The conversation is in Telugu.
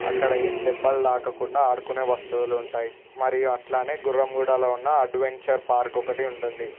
అక్కడ ఏం దెబ్బలు తగలకుండా ఆడుకునే వస్తువులు ఉంటాయి మరియు అట్లానే గుర్రం గూడాలో ఉన్న అడ్వెంచర్ పార్క్ ఒకటి ఉంటుంది